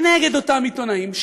כנגד אותם עיתונאים,